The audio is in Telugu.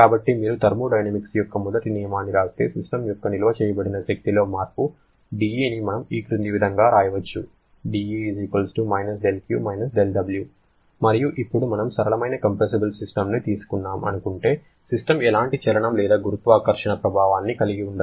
కాబట్టి మీరు థర్మోడైనమిక్స్ యొక్క మొదటి నియమాన్ని వ్రాస్తే సిస్టమ్ యొక్క నిల్వ చేయబడిన శక్తిలో మార్పు dE ని మనము ఈ క్రింది విధంగా వ్రాయవచ్చు dE - δQ - δW మరియు ఇప్పుడు మనం సరళమైన కంప్రెసిబుల్ సిస్టమ్ని తీసుకున్నాం అనుకుంటే సిస్టమ్ ఎలాంటి చలనం లేదా గురుత్వాకర్షణ ప్రభావాన్ని కలిగి ఉండదు